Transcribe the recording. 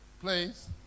Please